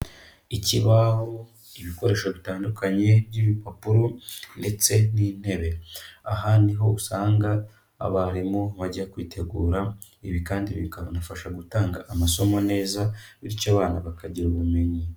Ikibaho, ibikoresho bitandukanye by'ibipapuro ndetse n'intebe. Aha niho usanga abarimu bajya kwitegura, ibi kandi bikanafasha gutanga amasomo neza, bityo abana bakagira ubumenyi.